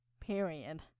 period